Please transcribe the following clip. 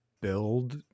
build